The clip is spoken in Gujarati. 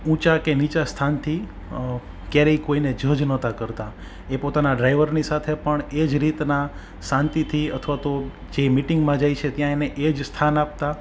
ઊંચા કે નીચા સ્થાનથી ક્યારેય કોઈને જજ નહોતા કરતાં એ પોતાના ડ્રાઈવરની સાથે પણ એ જ રીતના શાંતિથી અથવા તો જે મિટિંગમાં જાય છે ત્યાં એને એ જ સ્થાન આપતા